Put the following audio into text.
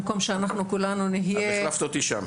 במקום שכולנו נהיה --- את החלפת אותי שם.